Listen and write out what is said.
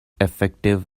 effective